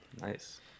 Nice